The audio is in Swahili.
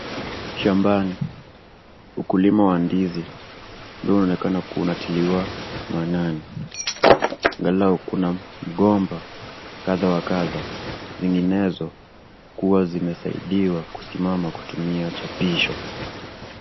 Shambani ukulima wa ndizi unaonekana kuwa unatiliwa maanani angalau kuna mgomba kadha wa kadha zinginezo kuwa zimesaidiwa kusimama kutumia chapisho.